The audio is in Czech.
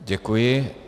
Děkuji.